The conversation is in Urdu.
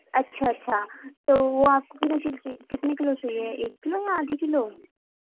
اچھا اچھا تو وہ آپ کو کتنے کیلو چاہیے ایک کیلو یا آدھی کیلو